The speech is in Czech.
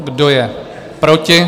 Kdo je proti?